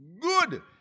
good